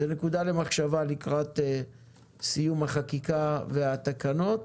זאת נקודה למחשבה לקראת סיום החקיקה והתקנות.